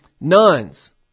nuns